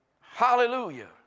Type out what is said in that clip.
Hallelujah